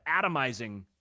atomizing